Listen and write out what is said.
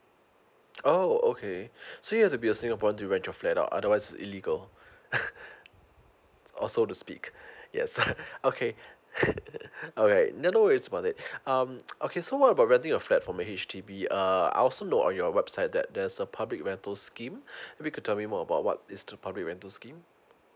oh okay so you have to be a singaporean to rent your flat out otherwise illegal orh so to speak yes okay alright no no worries about it um okay so what about renting a flat from a H_D_B uh I also know on your website that there's a public rental scheme maybe you could tell me more about what is to probably rental scheme